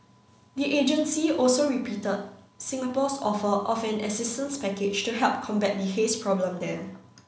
the agency also repeated Singapore's offer of an assistance package to help combat the haze problem there